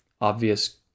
obvious